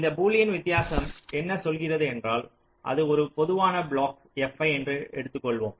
இந்த பூலியன் வித்தியாசம் என்ன சொல்கிறது என்றால் அது ஒரு பொதுவான பிளாக் fi என்று எடுத்துக் கொள்வோம்